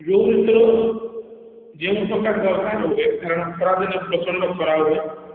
ଯେଉଁ ଋତୁର ଯେଉଁପ୍ରକାର ଦରକାର ହୁଏ କାରଣ ଖରା ଦିନେ ପ୍ରଚଣ୍ଡ ଖରା ହୁଏ